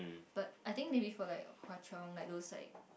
but I think maybe for like Hwa-Chong like those like